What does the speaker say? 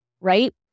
right